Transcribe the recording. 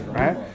right